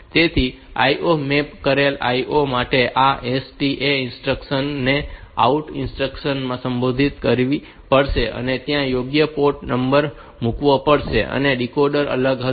તેથી IO map કરેલ IO માટે આ STA ઇન્સ્ટ્રક્શન ને OUT ઇન્સ્ટ્રક્શન માં સંશોધિત કરવી પડશે અને ત્યાં યોગ્ય પોર્ટ નંબર મૂકવો પડશે અને ડીકોડર અલગ હશે